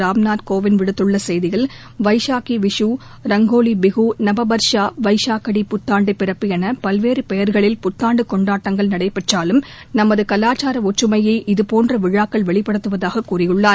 ராம்நாத் கோவிந்த் விடுத்துள்ள செய்தியில் வைசாகி விஷூ ரங்கோலிபிஹூ நபபர்ஷா வைஷா கடி புத்தாண்டு பிறப்பு என பல்வேறு பெயர்களில் புத்தாண்டு கொண்டாட்டங்கள் நடைபெற்றாலும் நமது கலாச்சார ஒற்றுமையை இதுபோன்ற விழாக்கள் வெளிப்படுத்துவதாக கூறியுள்ளார்